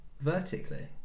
vertically